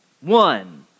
One